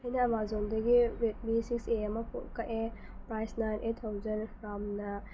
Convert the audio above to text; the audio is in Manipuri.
ꯑꯩꯅ ꯑꯥꯃꯥꯖꯣꯟꯗꯒꯤ ꯔꯦꯠꯃꯤ ꯁꯤꯛꯁ ꯑꯦ ꯑꯃ ꯀꯛꯑꯦ ꯄ꯭ꯔꯥꯏꯖꯅ ꯑꯩꯠ ꯊꯥꯎꯖꯟ ꯔꯥꯝꯅ